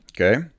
Okay